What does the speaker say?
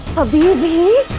of the